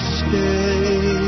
stay